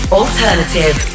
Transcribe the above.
alternative